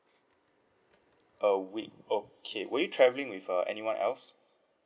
a week okay were you travelling with uh anyone else